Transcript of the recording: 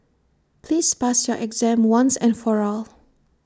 please pass your exam once and for all